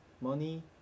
money